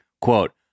quote